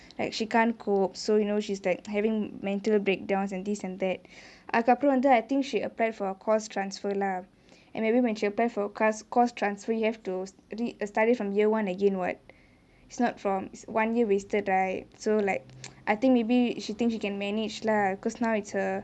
like she can't cope so you know she's like having mental breakdowns and this and that அதுக்கு அப்ரோ வந்து:athuku apro vanthu I think she applied for a course transfer lah and maybe when she apply for course transfer you have to read err study from year one again [what] it's not from one year wasted right so like I think maybe she thinks she can manage lah because now it's her